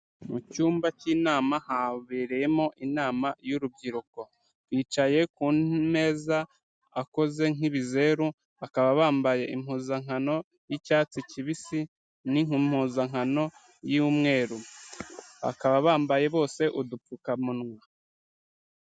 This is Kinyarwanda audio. Mu cyumba cy'inama habereyemo inama y'urubyiruko bicaye ku meza akoze nk'ibizeru, bakaba bambaye impuzankano y'icyatsi kibisi n'impuzankano y'umweru, bakaba bambaye bose udupfukamunwa.